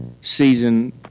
season